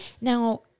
Now